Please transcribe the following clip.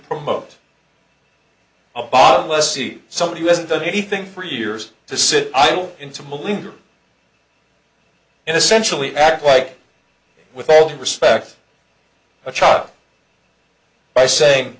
promote a bond lessee somebody who hasn't done anything for years to sit idle intimately and essentially act like with all due respect a child by saying